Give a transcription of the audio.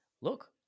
look